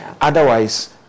Otherwise